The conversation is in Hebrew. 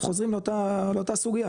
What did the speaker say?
חוזרים לאותה סוגייה,